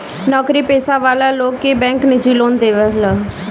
नोकरी पेशा वाला लोग के बैंक निजी लोन देवत हअ